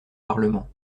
parlement